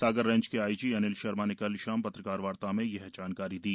सागर range के IG Anil Sharma ने कल शाम पत्रकार वात्रा में यह जानकारी दी